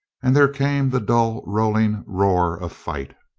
and there came the dull rolling roar of fight.